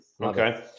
okay